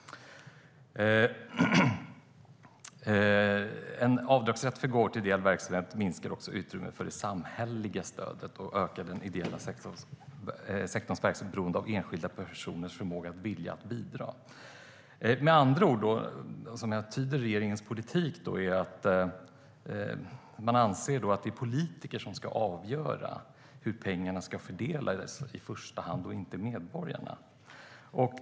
En avdragsrätt för gåvor till ideell verksamhet minskar också utrymmet för det samhälleliga stödet och ökar den ideella sektorns beroende av enskilda personers förmåga och vilja att bidra. Som jag tyder regeringens politik anser man att det i första hand är politiker som ska avgöra hur pengarna ska fördelas och inte medborgarna.